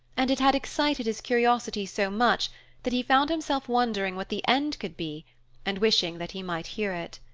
and it had excited his curiosity so much that he found himself wondering what the end could be and wishing that he might hear it.